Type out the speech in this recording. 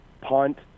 punt